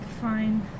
fine